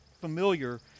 familiar